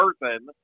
person